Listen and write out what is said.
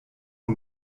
nur